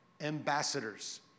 ambassadors